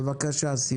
בבקשה.